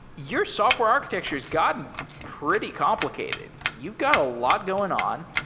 your software architecture has gotten pretty complicated. you've got a lot going on.